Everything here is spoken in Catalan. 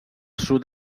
sud